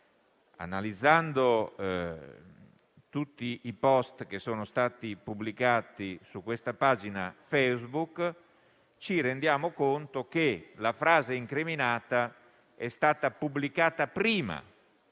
analizzando tutti i *post* che sono stati pubblicati sulla pagina Facebook, ci rendiamo conto che la frase incriminata è stata pubblicata prima